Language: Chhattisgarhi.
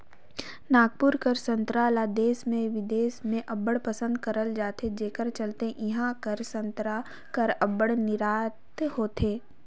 नागपुर कर संतरा ल देस में बिदेस में अब्बड़ पसंद करल जाथे जेकर चलते इहां कर संतरा कर अब्बड़ निरयात होथे